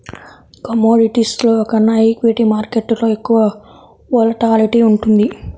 కమోడిటీస్లో కన్నా ఈక్విటీ మార్కెట్టులో ఎక్కువ వోలటాలిటీ ఉంటుంది